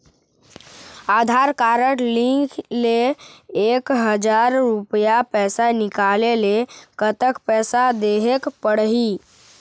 आधार card link ले एक हजार रुपया पैसा निकाले ले कतक पैसा देहेक पड़ही?